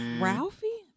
Ralphie